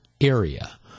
area